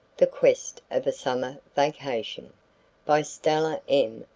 the quest of a summer vacation by stella m.